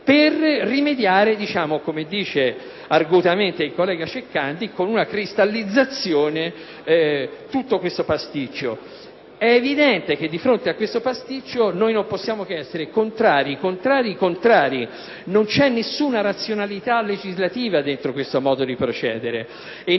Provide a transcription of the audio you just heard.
per rimediare, come dice argutamente il collega Ceccanti, con una cristallizzazione di tutto questo pasticcio. È evidente che di fronte a questo pasticcio non possiamo che essere contrari, contrari, contrari. Non c'è nessuna razionalità legislativa in questo modo di procedere